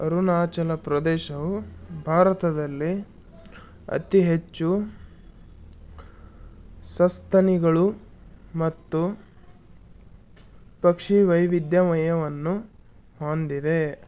ಅರುಣಾಚಲ ಪ್ರದೇಶವು ಭಾರತದಲ್ಲಿ ಅತಿ ಹೆಚ್ಚು ಸಸ್ತನಿಗಳು ಮತ್ತು ಪಕ್ಷಿ ವೈವಿಧ್ಯಮಯವನ್ನು ಹೊಂದಿದೆ